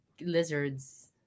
Lizards